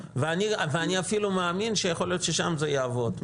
ואני אפילו מאמין שיכול להיות ששם זה יעבוד,